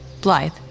Blythe